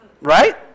Right